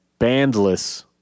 bandless